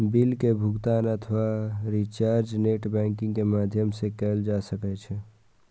bill के भुगातन अथवा रिचार्ज नेट बैंकिंग के माध्यम सं कैल जा सकै छै